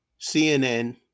CNN